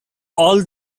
all